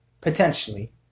potentially